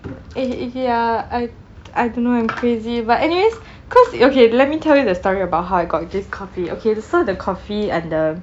if if you are I I don't know I'm crazy but anyways cause okay let me tell you the story about how I got this coffee okay so the coffee and the